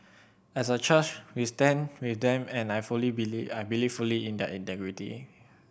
as a church we stand with them and I fully believe I believe fully in their integrity